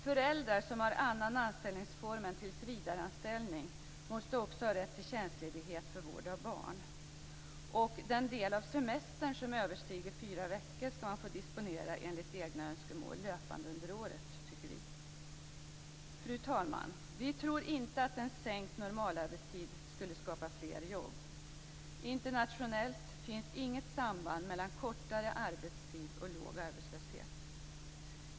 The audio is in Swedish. Föräldrar som har annan anställningsform än tillvidareanställning måste också ha rätt till tjänstledighet för vård av barn. Vi tycker vidare att man löpande under året enligt egna önskemål skall få disponera den del av semestern som överstiger fyra veckor. Fru talman! Vi tror inte att sänkt normalarbetstid skulle skapa fler jobb. Internationellt finns inget samband mellan kortare arbetstid och låg arbetslöshet.